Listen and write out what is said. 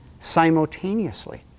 simultaneously